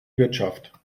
wirtschaft